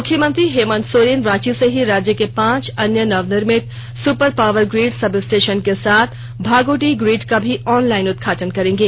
मुख्यमंत्री हेमंत सोरेन रांची से ही राज्य के पांच अन्य नवनिर्मित super power grid sub station के साथ भागोडीह ग्रिड का भी ऑन लाइन उद्घाटन करेंगे